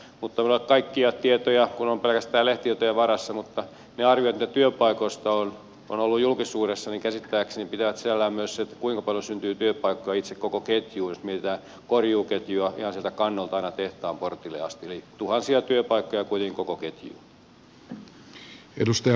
minulla ei ole kaikkia tietoja kun olen pelkästään lehtitietojen varassa mutta ne arviot mitä työpaikoista on ollut julkisuudessa käsittääkseni pitävät sisällään myös sen kuinka paljon syntyy työpaikkoja itse koko ketjuun jos mietitään korjuuketjua ihan sieltä kannolta aina tehtaan portille asti eli tuhansia työpaikkoja kuitenkin koko ketjuun